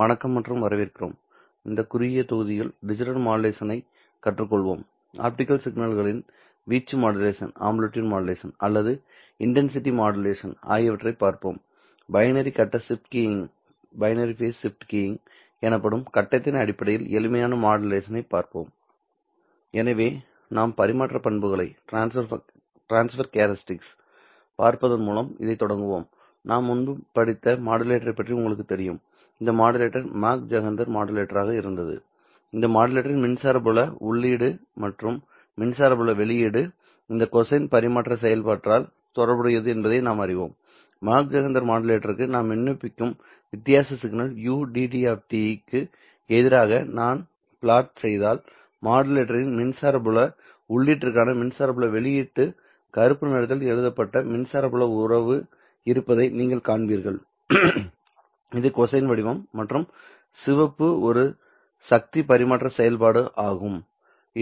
வணக்கம் மற்றும் வரவேற்கிறோம் இந்த குறுகிய தொகுதியில் டிஜிட்டல் மாடுலேஷன் ஐ கற்றுக்கொள்வோம் ஆப்டிகல் சிக்னல்களின் வீச்சு மாடுலேஷன் அல்லது இன்டன்சிட்டி மாடுலேஷன் ஆகியவற்றைப் பார்ப்போம் பைனரி கட்ட ஷிப்ட் கீயிங் எனப்படும் கட்டத்தின் அடிப்படையில் எளிமையான மாடுலேஷன் ஐ பார்ப்போம் எனவே நாம் பரிமாற்ற பண்புகளைப் பார்ப்பதன் மூலம் இதை தொடங்குவோம் நாம் முன்பு படித்த மாடுலேட்டரை பற்றி உங்களுக்குத் தெரியும் இந்த மாடுலேட்டர் மாக் ஜெஹெண்டர் மாடுலேட்டராக இருந்தது இந்த மாடுலேட்டரின் மின்சார புல உள்ளீடு மற்றும் மின்சார புல வெளியீடு இந்த கொசைன் பரிமாற்ற செயல்பாட்டால் தொடர்புடையது என்பதை நாம் அறிவோம் மாக் ஜெஹெண்டர் மாடுலேட்டருக்கு நான் விண்ணப்பிக்கும் வித்தியாச சிக்னல் ud க்கு எதிராக நான் பிளாட் செய்தால் மாடுலேட்டரின் மின்சார புல உள்ளீட்டிற்கான மின்சார புல வெளியீடு கருப்பு நிறத்தில் எழுதப்பட்ட மின்சார புல உறவு இருப்பதை நீங்கள் காண்பீர்கள் இது கொசைன் வடிவம் மற்றும் சிவப்பு ஒரு சக்தி பரிமாற்ற செயல்பாடு ஆகும்